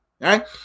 Right